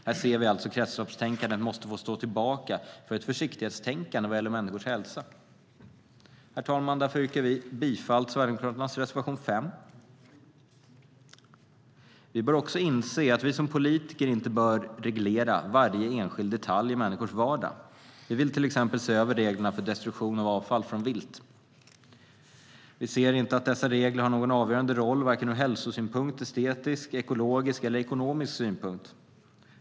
Här ser vi alltså att kretsloppstänkandet måste få stå tillbaka för ett försiktighetstänkande vad gäller människors hälsa. Därför yrkar jag bifall till Sverigedemokraternas reservation nr 5, herr talman. Vi bör också inse att vi som politiker inte bör reglera varje enskild detalj i människors vardag. Vi vill till exempel se över reglerna för destruktion av avfall från vilt. Vi ser inte att dessa regler har någon avgörande roll vare sig ur hälsosynpunkt eller ur estetisk, ekologisk och ekonomisk synpunkt.